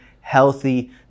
healthy